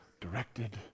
directed